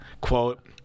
quote